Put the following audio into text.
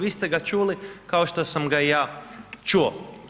Vi ste ga čuli, kao što sam ga i ja čuo.